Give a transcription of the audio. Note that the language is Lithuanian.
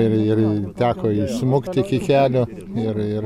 ir ir į teko įsmukti iki kelio ir ir